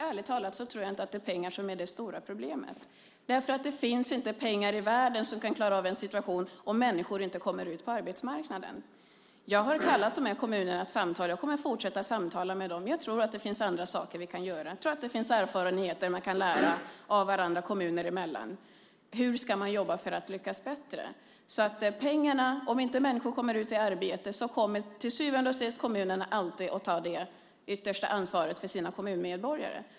Ärligt talat tror jag inte att det är pengar som är det stora problemet. Det finns inte de pengar i världen som kan klara av den situation som uppstår om människor inte kommer ut på arbetsmarknaden. Jag har kallat de här kommunerna till samtal. Jag kommer att fortsätta att samtala med dem. Jag tror att det finns andra saker som vi kan göra. Jag tror att det finns erfarenhet som man kan lära av kommuner emellan. Hur ska man jobba för att lyckas bättre? Om inte människor kommer ut i arbete kommer till syvende och sist kommunerna alltid att ta det yttersta ansvaret för sina kommunmedborgare.